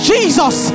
Jesus